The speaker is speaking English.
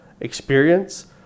experience